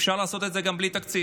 אפשר לעשות את זה גם בלי תקציב,